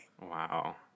Wow